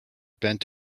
bent